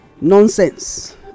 nonsense